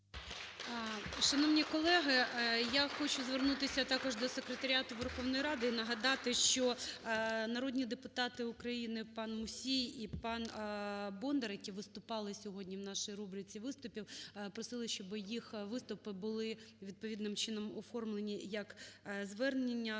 Шановні колеги, я хочу звернутися також до секретаріату Верховної Ради і нагадати, що народні депутати України пан Мусій і пан Бондар, які виступали сьогодні в нашій рубриці виступів, просили, щоби їх виступи були відповідним чином оформлені як звернення